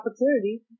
opportunity